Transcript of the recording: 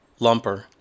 lumper